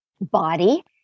body